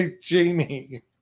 Jamie